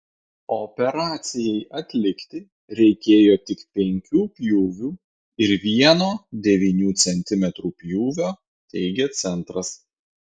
operacijai atlikti reikėjo tik penkių pjūvių ir vieno devynių centimetrų pjūvio teigia centras